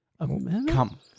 Come